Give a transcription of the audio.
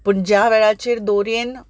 पूण ज्या वेळाचेर दोऱ्येन